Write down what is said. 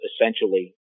essentially